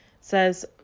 says